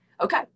okay